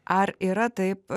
ar yra taip